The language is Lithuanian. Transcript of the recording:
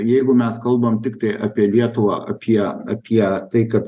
jeigu mes kalbam tiktai apie lietuvą apie apie tai kad